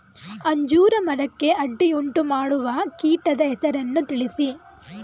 ಅಂಜೂರ ಮರಕ್ಕೆ ಅಡ್ಡಿಯುಂಟುಮಾಡುವ ಕೀಟದ ಹೆಸರನ್ನು ತಿಳಿಸಿ?